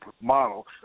model